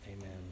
Amen